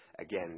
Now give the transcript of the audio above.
again